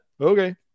okay